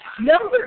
Number